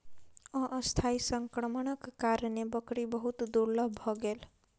अस्थायी संक्रमणक कारणेँ बकरी बहुत दुर्बल भ गेल